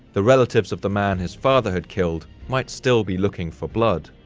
the relatives of the man his father had killed might still be looking for blood,